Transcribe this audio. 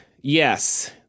Yes